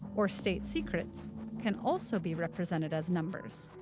or state secrets can also be represented as numbers,